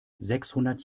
sechshundert